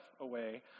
away